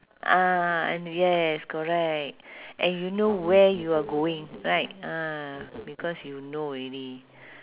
ah and yes correct and you know where you are going right ah because you know already